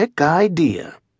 idea